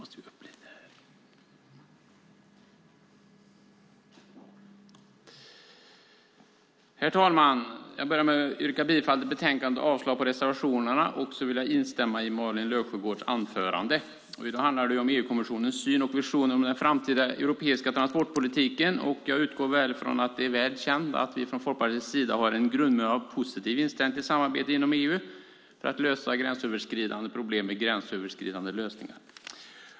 Herr talman! Jag börjar med att yrka bifall till förslaget i utlåtandet och avslag på reservationerna. Jag vill också instämma i Malin Löfsjögårds anförande. I dag handlar det om EU-kommissionens syn på och visioner om den framtida europeiska transportpolitiken. Jag utgår från att det är väl känt att vi från Folkpartiets sida har en grundmurad positiv inställning till samarbete inom EU för att lösa gränsöverskridande problem med gränsöverskridande lösningar.